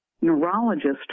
neurologist